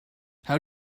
how